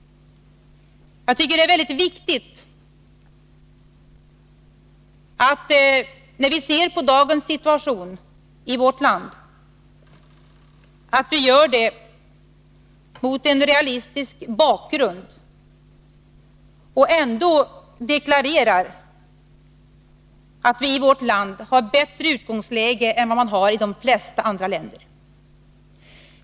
När vi ser på dagens situation i vårt land, är det viktigt att vi gör detta mot en realistisk bakgrund och deklarerar att Sverige ändå har ett bättre utgångsläge än de flesta andra länder.